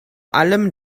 allem